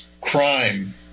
crime